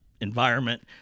environment